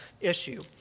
issue